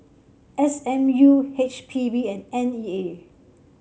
S M U H P B and N E A